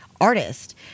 artist